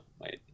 wait